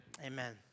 Amen